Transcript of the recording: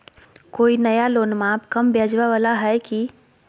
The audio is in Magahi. कोइ नया लोनमा कम ब्याजवा वाला हय की?